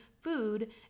food